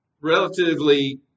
relatively